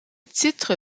titre